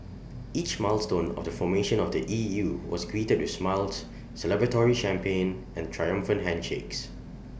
each milestone of the formation of the E U was greeted with smiles celebratory champagne and triumphant handshakes